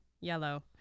yellow